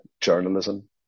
journalism